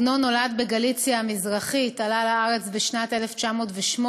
עגנון נולד בגליציה המזרחית, עלה לארץ בשנת 1908,